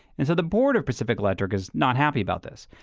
and so the board of pacific electric is not happy about this.